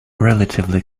relatively